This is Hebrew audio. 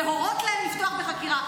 להורות להם לפתוח בחקירה.